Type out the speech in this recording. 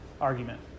argument